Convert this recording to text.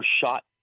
shot